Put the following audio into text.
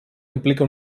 implica